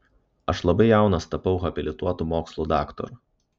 aš labai jaunas tapau habilituotu mokslų daktaru